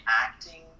acting